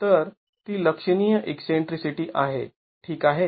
तर ती लक्षणीय ईकसेंट्रीसिटी आहे ठीक आहे